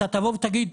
אתה תבוא ותגיד,